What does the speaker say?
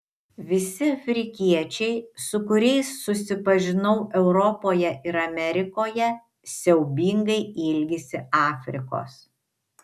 visi afrikiečiai su kuriais susipažinau europoje ir amerikoje siaubingai ilgisi afrikos